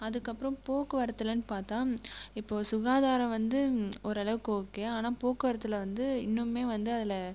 அதுக்கப்புறம் போக்குவரத்துலன் பார்த்தா இப்போது சுகாதாரம் வந்து ஓரளவுக்கு ஓகே ஆனால் போக்குவரத்தில் வந்து இன்னுமுமே வந்து அதில்